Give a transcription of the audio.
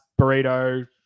burrito